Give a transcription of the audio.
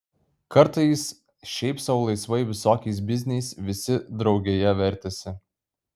kartais šiaip sau laisvai visokiais bizniais visi draugėje vertėsi